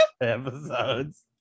episodes